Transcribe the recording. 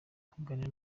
kuganira